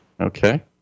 Okay